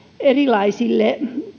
erilaisille